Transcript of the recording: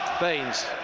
Baines